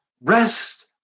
rest